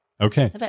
Okay